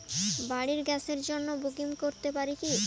বাড়ির গ্যাসের জন্য বুকিং করতে পারি কি?